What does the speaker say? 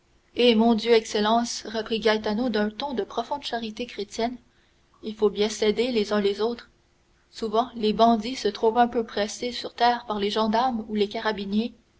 eh mon dieu excellence reprit gaetano d'un ton de profonde charité chrétienne il faut bien s'aider les uns les autres souvent les bandits se trouvent un peu pressés sur terre par les gendarmes ou les carabiniers